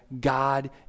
God